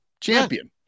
champion